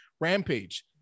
Rampage